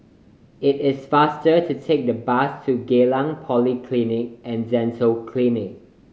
it is faster to take the bus to Geylang Polyclinic And Dental Clinic